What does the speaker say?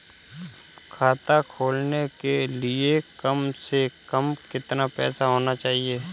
खाता खोलने के लिए कम से कम कितना पैसा होना चाहिए?